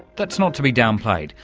that's not to be downplayed.